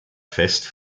fest